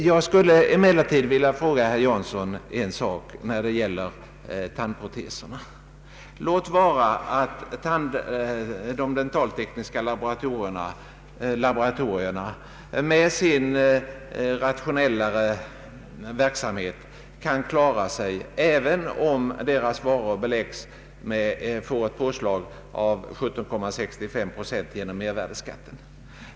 Sedan skulle jag vilja fråga herr Jansson en sak beträffande tandproteser. Låt vara att de dentallaboratorier som har en rationellt driven verksamhet kan klara sig, även om deras varor får ett påslag av 17,65 procent genom mervärdeskatten.